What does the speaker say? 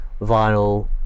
vinyl